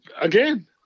Again